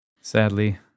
sadly